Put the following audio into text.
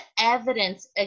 evidence